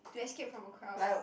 to escape from a crowd